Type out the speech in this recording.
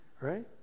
right